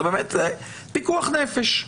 זה באמת פיקוח נפש.